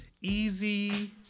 easy